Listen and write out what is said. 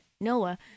Noah